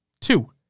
Two